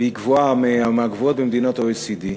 והיא גבוהה, מהגבוהות במדינות ה-OECD,